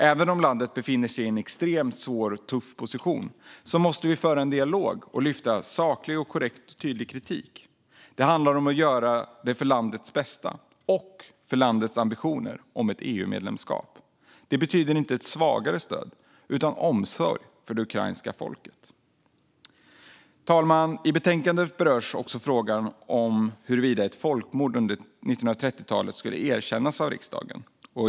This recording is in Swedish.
Även om landet befinner sig i en extremt svår och tuff position måste vi i dialogen framföra saklig, korrekt och tydlig kritik. Det handlar om att göra det för landets bästa och för landets ambitioner om ett EU-medlemskap. Det betyder inte ett svagare stöd, utan omsorg om det ukrainska folket. Fru talman! I betänkandet berörs också frågan om huruvida ett folkmord under 1930-talet skulle erkännas av riksdagen.